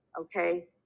okay